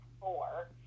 four